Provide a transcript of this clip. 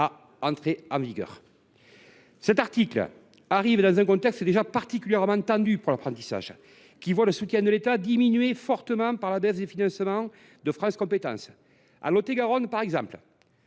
à entrer en vigueur. Cet article arrive dans un contexte déjà particulièrement tendu pour l’apprentissage, le soutien de l’État diminuant fortement avec la baisse des financements de France Compétences. En Lot et Garonne, par exemple,